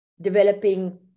developing